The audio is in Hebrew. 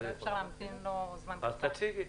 אז תציגי.